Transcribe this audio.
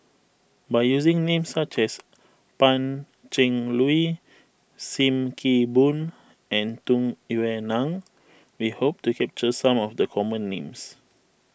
by using names such as Pan Cheng Lui Sim Kee Boon and Tung Yue Nang we hope to capture some of the common names